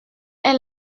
est